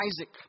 Isaac